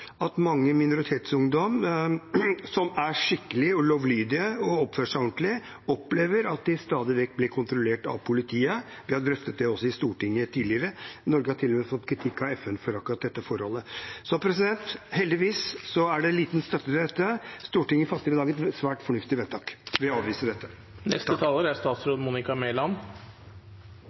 at mange minoritetsungdommer som er skikkelige og lovlydige og oppfører seg ordentlig, opplever at de stadig vekk blir kontrollert av politiet. Vi har drøftet det i Stortinget tidligere. Norge har til og med fått kritikk av FN for akkurat dette forholdet. Heldigvis er det liten støtte til dette. Stortinget fatter i dag et svært fornuftig vedtak ved å avvise dette. Jeg er